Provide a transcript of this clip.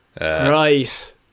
Right